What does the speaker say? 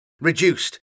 reduced